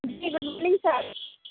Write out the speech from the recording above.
جی good morning سر